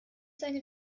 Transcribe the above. seine